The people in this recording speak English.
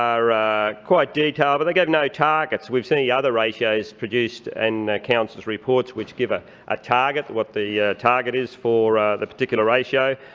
are quite detailed, but they give no targets. we see other ratios produced in and council's reports which give a ah target, what the target is for ah the particular ratio.